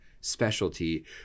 specialty